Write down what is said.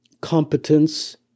competence